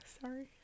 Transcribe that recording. sorry